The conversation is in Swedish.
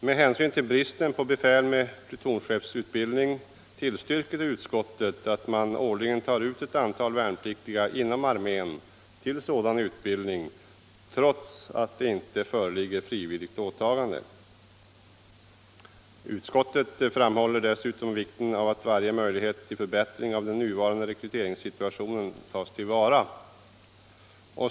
Med hänsyn till bristen på befäl med plutonchefsutbildning tillstyrker utskottet att man årligen tar ut ett antal värnpliktiga inom armén till sådan utbildning trots att det inte föreligger frivilligt åtagande. Utskottet framhåller dessutom vikten av att varje möjlighet till förbättring av den nuvarande rekryteringssituationen tas till vara.